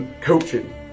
coaching